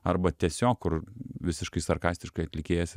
arba tiesiog kur visiškai sarkastiškai atlikėjas